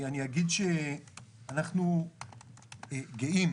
אני אגיד שאנחנו גאים